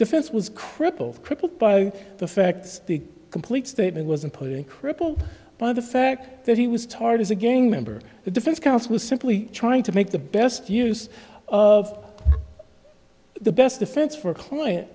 defense was crippled crippled by the fact the complete statement wasn't putting crippled by the fact that he was tarred as a gang member the defense counsel was simply trying to make the best use of the best defense for